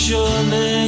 Surely